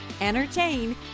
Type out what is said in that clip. entertain